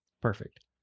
Perfect